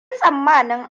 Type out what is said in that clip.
tsammanin